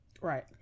right